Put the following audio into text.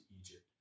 Egypt